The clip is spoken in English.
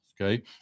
Okay